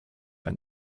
ein